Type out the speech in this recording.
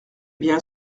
bien